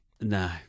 No